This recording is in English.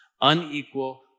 unequal